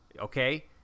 Okay